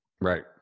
Right